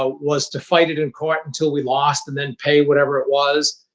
ah was to fight it in court until we lost and then pay whatever it was.